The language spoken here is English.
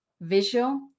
visual